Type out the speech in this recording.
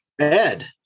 Ed